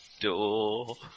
door